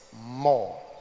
more